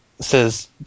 Says